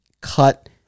cut